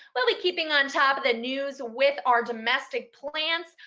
we'll be keeping on top of the news with our domestic plants,